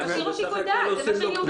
נשאיר לו שיקול דעת, זה מה שאני אומרת.